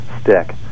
stick